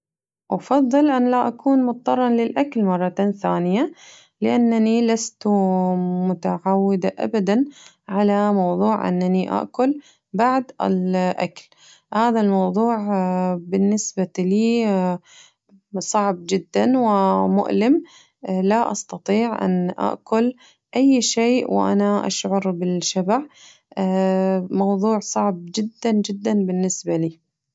أفضل أن لا أكون مضطراً للأكل مرةً ثانية لأنني لست متعودة أبداً على موضوع أنني أأكل بعد الأكل هذا الموضوع بالنسبة لي صعب جداً ومؤلم لا أستطيع أن أأكل أي شيء وأنا أشعر بالشبع موضوع صعب جداً جداً بالنسبة لي.